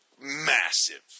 massive